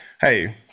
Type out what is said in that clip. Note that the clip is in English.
hey